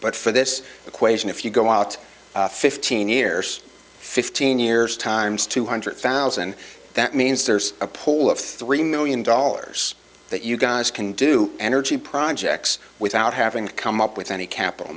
but for this equation if you go out fifteen years fifteen years times two hundred thousand that means there's a pool of three million dollars that you guys can do energy projects without having to come up with any capital